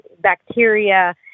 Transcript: bacteria